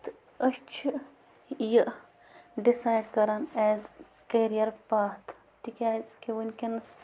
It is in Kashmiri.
تہٕ أسۍ چھِ یہِ ڈِسایِڈ کَران ایز کیریَر پاتھ تِکیٛازِ کہِ وٕنۍکٮ۪نَس